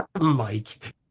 Mike